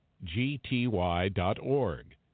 gty.org